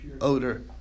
odor